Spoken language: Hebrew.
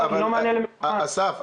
אסף,